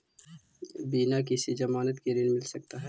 बिना किसी के ज़मानत के ऋण मिल सकता है?